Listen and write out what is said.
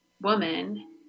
woman